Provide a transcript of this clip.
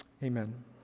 Amen